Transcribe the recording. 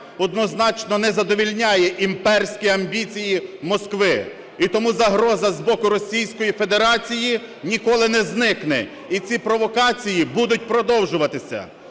однозначно не задовольняє імперські амбіції Москви і тому загроза з боку Російської Федерації ніколи не зникне, і ці провокації будуть продовжуватися.